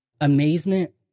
amazement